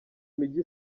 mijyi